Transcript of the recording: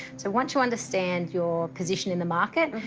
so once you understand your position in the market,